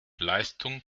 leistung